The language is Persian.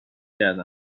کرده